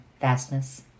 vastness